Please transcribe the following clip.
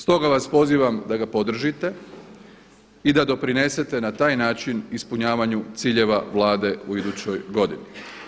Stoga vas pozivam da ga podržite i da doprinesete na taj način ispunjavanju ciljeva Vlade u idućoj godini.